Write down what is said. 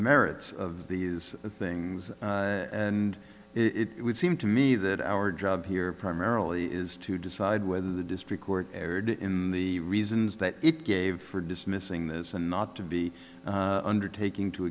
merits of these things and it would seem to me that our job here primarily is to decide whether the district court erred in the reasons that it gave for dismissing this and not to be undertaking to